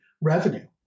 revenue